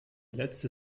letzte